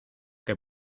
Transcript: que